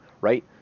right